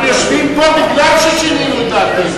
אנחנו יושבים פה כי שינינו את דעתנו.